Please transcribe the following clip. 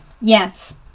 Yes